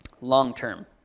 long-term